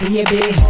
Baby